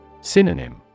Synonym